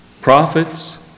prophets